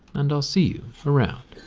and i'll see you around.